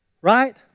Right